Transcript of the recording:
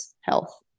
health